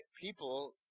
People